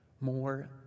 more